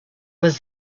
was